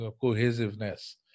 cohesiveness